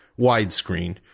widescreen